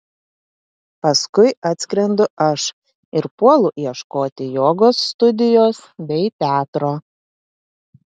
paskui atskrendu aš ir puolu ieškoti jogos studijos bei teatro